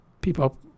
people